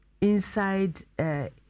inside